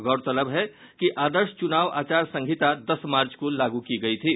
गौरतलब है कि आदर्श चुनाव आचार संहिता दस मार्च को लागू की गयी थी